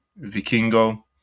Vikingo